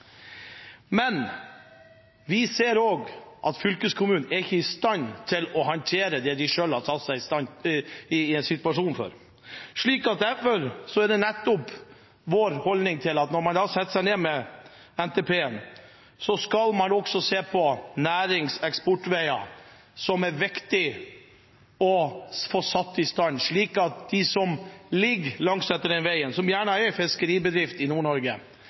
Men vi ser også at fylkeskommunen ikke er i stand til å håndtere den situasjonen de selv har satt seg i. Derfor er det vår holdning at når man setter seg ned med NTP-en, skal man også se på næringseksportveier, som det er viktig å få satt i stand, slik at de bedriftene som ligger langsetter veien, som i Nord-Norge gjerne er fiskeribedrifter, skal ha mulighet til å få varene sine ut. Dette mener vi fordi vi ser at fylkeskommunen ikke klarer å komme i